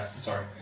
sorry